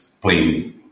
playing